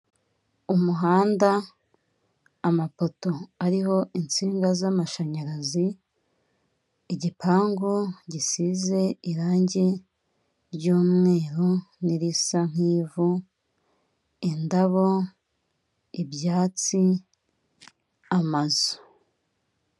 Umuhanda amapoto ariho insinga z'amashanyarazi, igipangu gisize irange ry'umweru n'irisa nk'ivu indabo ibyatsi amazu.